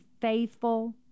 faithful